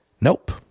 Nope